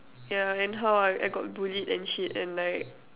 yeah and how I I got bullied and shit and like